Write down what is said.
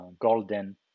Golden